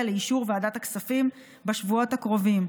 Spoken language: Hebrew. לאישור ועדת הכספים בשבועות הקרובים.